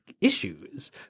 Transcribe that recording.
issues